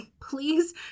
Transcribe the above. please